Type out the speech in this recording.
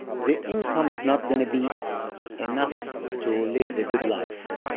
the income is not going to be enough to live a good life,